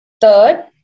Third